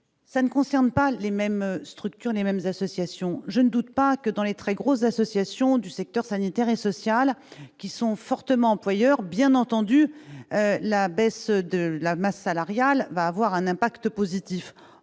cela ne concerne pas les mêmes structures ni les mêmes associations. Je ne doute pas que, dans les très grosses associations du secteur sanitaire et social, qui sont fortement employeur, la baisse de la masse salariale aura un impact positif.